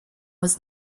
was